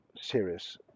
serious